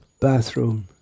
bathroom